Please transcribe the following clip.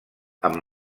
amb